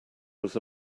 was